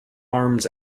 arms